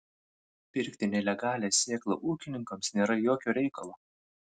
pirkti nelegalią sėklą ūkininkams nėra jokio reikalo